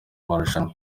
marushanwa